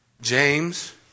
James